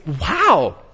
wow